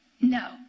No